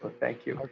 ah thank you.